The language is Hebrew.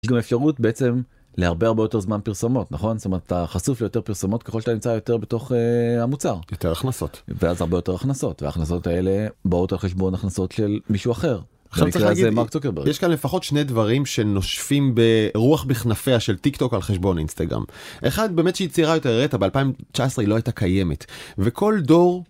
אפשרות בעצם להרבה הרבה יותר זמן פרסומות נכון אתה חשוף יותר פרסומות ככל שאתה נמצא יותר בתוך המוצר יותר הכנסות ואז הרבה יותר הכנסות והכנסות האלה באות על חשבון הכנסות של מישהו אחר. יש כאן לפחות שני דברים שנושפים ברוח בכנפיה של טיק טוק על חשבון אינסטגרם אחד באמת שהיא צעירה יותר רקע, ב-2019 היא לא הייתה קיימת וכל דור.